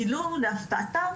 גילו להפתעתם